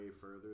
further